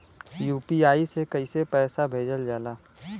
UPI से कइसे पैसा भेजल जाला?